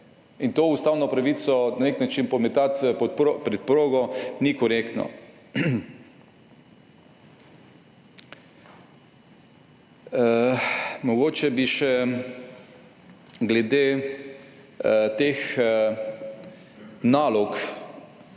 In to ustavno pravico na nek način pometati pod preprogo ni korektno. Mogoče bi še glede teh nalog,